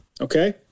okay